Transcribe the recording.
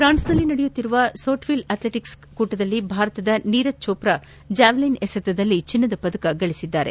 ಪ್ರಾನ್ಸೆನಲ್ಲಿ ನಡೆಯುತ್ತಿರುವ Sotteville athletics ಕೂಟದಲ್ಲಿ ಭಾರತದ ನೀರಜ್ ಚೋಪ್ರಾ ಜಾವಲಿನ್ ಎಸೆತದಲ್ಲಿ ಚಿನ್ನದ ಪದಕ ಗಳಿಸಿದ್ದಾರೆ